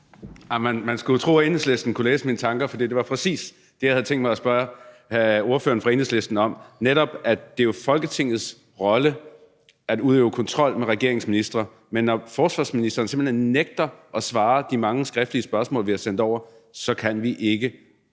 Man skulle tro, at Enhedslisten kunne læse mine tanker, for det var præcis det, jeg havde tænkt mig at spørge ordføreren for Enhedslisten om. Det er jo netop Folketingets rolle at udøve kontrol med regeringens ministre, men når forsvarsministeren simpelt hen nægter at svare på de mange skriftlige spørgsmål, vi har sendt over, så kan vi ikke udøve